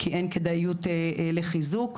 כי אין כדאיות לחיזוק.